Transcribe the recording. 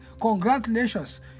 Congratulations